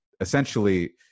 essentially